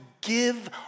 give